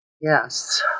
yes